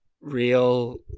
real